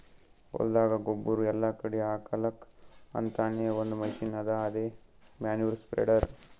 ಹೊಲ್ದಾಗ ಗೊಬ್ಬುರ್ ಎಲ್ಲಾ ಕಡಿ ಹಾಕಲಕ್ಕ್ ಅಂತಾನೆ ಒಂದ್ ಮಷಿನ್ ಅದಾ ಅದೇ ಮ್ಯಾನ್ಯೂರ್ ಸ್ಪ್ರೆಡರ್